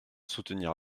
soutenir